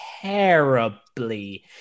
terribly